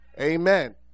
Amen